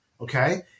okay